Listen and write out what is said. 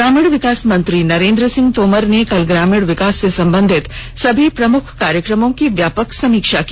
ग्रामीण विकास मंत्री नरेन्द्र सिंह तोमर ने कल ग्रामीण विकास से संबंधित सभी प्रमुख कार्यक्रमों की व्यापक समीक्षा की